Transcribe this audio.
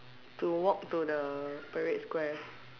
to walk to the Parade Square